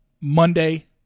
Monday